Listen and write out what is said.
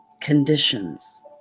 conditions